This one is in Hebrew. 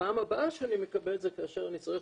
ופעם הבאה שאני מקבל זה כאשר אני צריך